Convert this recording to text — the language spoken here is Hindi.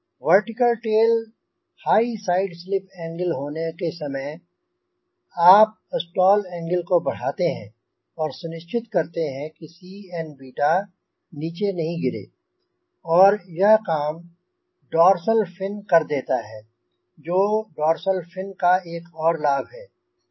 vertical tail high side slip angle होने के समय आप स्टाल एंगल को बढ़ाते हैं और सुनश्चित करते हैं किCn नीचे नहीं गिरे और यह काम डोर्सल फिन कर देता है जो डोर्सल फिन का एक और लाभ है